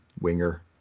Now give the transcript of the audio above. winger